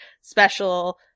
special